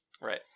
Right